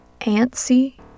Antsy